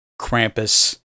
Krampus